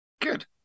good